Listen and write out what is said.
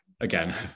again